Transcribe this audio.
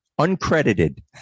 uncredited